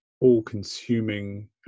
all-consuming